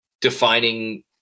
defining